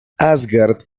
asgard